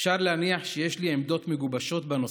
אפשר להניח שיש לי עמדות מגובשות בנושא,